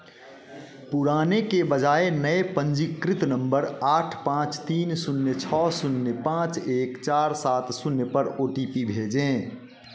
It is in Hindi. पुराने के बजाय नए पंजीकृत नंबर आठ पाँच तीन शून्य छः शून्य पाँच एक चार सात शून्य पर ओ टी पी भेजें